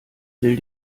will